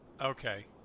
Okay